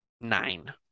nine